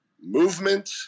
movement